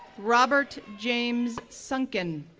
robert james suntken,